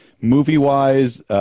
Movie-wise